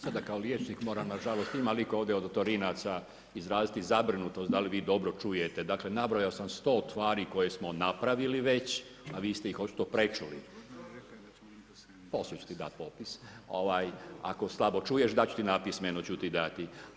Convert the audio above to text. Sada kao liječnik moram nažalost, ima li itko ovdje od otorinaca, izraziti zabrinutost da li vi dobro čujete, dakle nabrojao sam 100 stvari koje smo napravili već a vi ste ih očito prečuli. … [[Upadica se ne čuje.]] poslije ću ti dati popis, ako slabo čuješ, dati ću ti napismeno, napismeno ću ti dati.